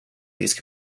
these